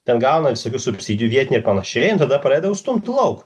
ten gauna visokių subsidijų vietiniai ir panašiai nu tada pradeda jau stumti lauk